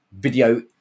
video